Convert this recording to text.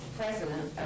president